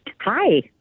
Hi